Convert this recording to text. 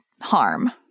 harm